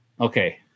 okay